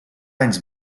anys